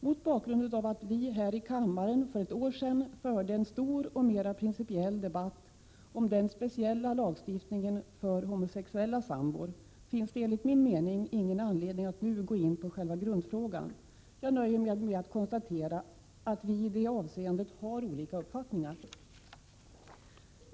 Mot bakgrund av att vi här i kammaren för ett år sedan förde en stor och mera principiell debatt om den speciella lagstiftningen för homosexuella sambor finns det enligt min mening ingen anledning att nu gå in på själva grundfrågan. Jag nöjer mig med att konstatera att vi i det avseendet har olika uppfattningar.